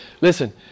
Listen